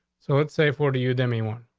so let's say for to use anyone.